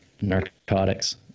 narcotics